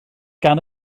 gan